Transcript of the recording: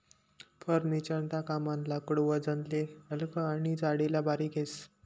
furniture ना कामनं लाकूड वजनले हलकं आनी जाडीले बारीक येस